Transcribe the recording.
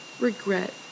regret